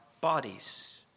bodies